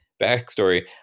backstory